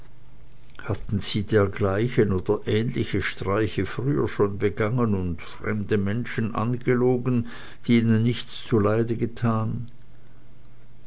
haben sie dergleichen oder ähnliche streiche früher schon begangen und fremde menschen angelogen die ihnen nichts zuleide getan